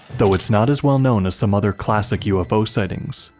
though it's not as well known as some other classic ufo sightings,